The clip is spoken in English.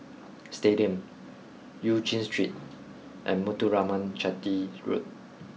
Stadium Eu Chin Street and Muthuraman Chetty Road